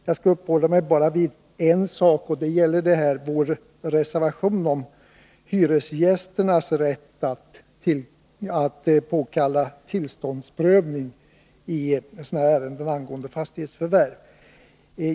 Jag skall uppehålla mig vid en sak, vår reservation om hyresgästernas rätt att påkalla tillståndsprövning i ärenden angående fastighetsförvärv.